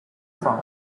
from